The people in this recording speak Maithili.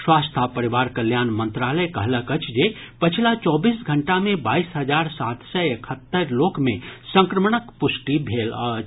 स्वास्थ्य आ परिवार कल्याण मंत्रालय कहलक अछि जे पछिला चौबीस घंटा मे बाईस हजार सात सय एकहत्तरि लोक मे संक्रमणक पुष्टि भेल अछि